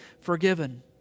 forgiven